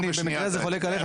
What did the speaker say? אני דווקא חולק עליך.